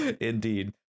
Indeed